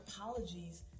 apologies